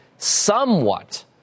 somewhat